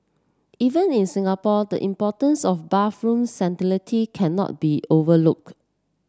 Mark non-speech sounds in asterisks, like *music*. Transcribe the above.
even in Singapore the importance of bathroom *unintelligible* cannot be overlook